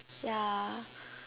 ya